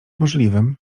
możliwym